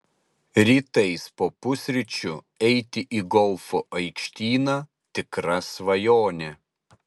rytais po pusryčių eiti į golfo aikštyną tikra svajonė